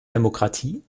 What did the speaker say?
demokratie